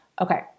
Okay